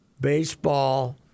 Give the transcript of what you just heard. baseball